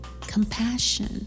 compassion